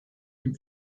ihm